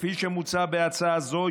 כפי שמוצע בהצעה זו,